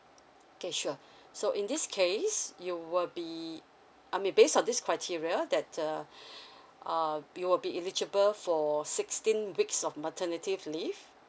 okay sure so in this case you will be I mean based on this criteria that uh uh you will be eligible for sixteen weeks of maternity leave